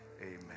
Amen